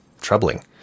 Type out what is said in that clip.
troubling